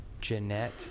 Jeanette